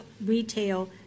retail